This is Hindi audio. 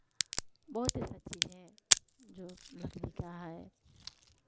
बहुत ऐसा चीज़ है जो लकड़ी का है